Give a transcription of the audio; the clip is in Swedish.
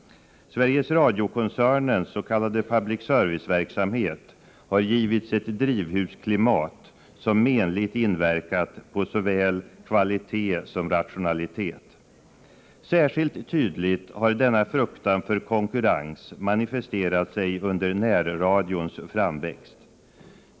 Sveriges Radio-koncernens s.k. public service-verksamhet har givits ett drivhusklimat som menligt har inverkat på såväl kvalitet som rationalitet. Särskilt tydligt har denna fruktan för konkurrens manifesterat sig under närradions framväxt.